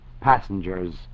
passengers